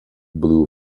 blue